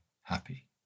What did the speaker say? happy